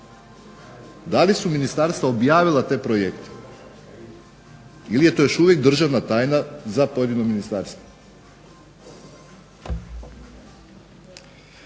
da li su ministarstva objavila te projekte ili je to još uvijek državna tajna za pojedino ministarstvo.